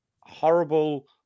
horrible